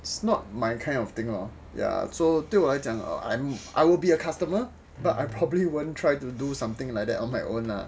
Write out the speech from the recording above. it's not my kind of thing lor ya 对我来讲 err I will be a customer but I probably wouldn't try to do something like that on my own lah